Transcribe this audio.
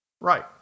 Right